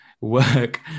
work